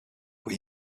but